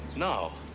no.